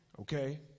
Okay